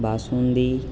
basundi